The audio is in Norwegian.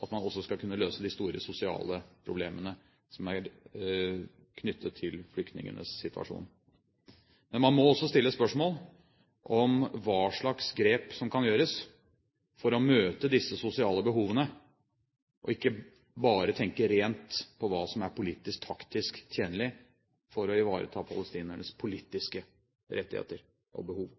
at man også skal kunne løse de store sosiale problemene som er knyttet til flyktningenes situasjon. Men man må også stille spørsmål om hva slags grep som kan gjøres for å møte disse sosiale behovene, og ikke bare tenke på hva som rent politisk er taktisk tjenlig for å ivareta palestinernes politiske rettigheter og behov.